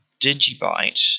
Digibyte